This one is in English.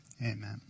amen